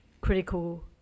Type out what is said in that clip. critical –